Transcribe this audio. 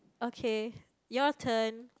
okay your turn